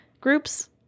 Groups